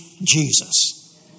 Jesus